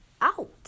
out